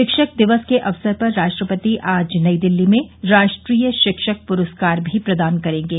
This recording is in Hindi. शिक्षक दिवस के अवसर पर राष्ट्रपति आज नई दिल्ली में राष्ट्रीय शिक्षक पुरस्कार भी प्रदान करेंगे